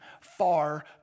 far